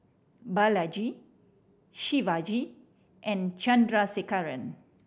Balaji Shivaji and Chandrasekaran